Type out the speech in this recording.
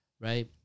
right